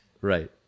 right